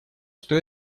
что